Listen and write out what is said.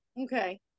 Okay